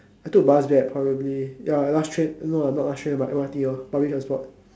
I took bus back probably ya last train no ah not last train but M_R_T lor public transport